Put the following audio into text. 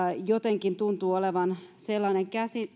jotenkin tuntuu olevan sellainen